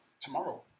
tomorrow